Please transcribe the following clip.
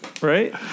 right